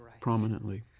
prominently